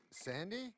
Sandy